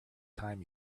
time